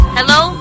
Hello